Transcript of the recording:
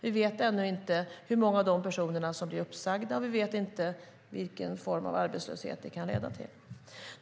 Vi vet ännu inte hur många av de personerna som blir uppsagda, och vi vet inte vilken form av arbetslöshet det kan leda till.